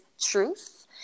truth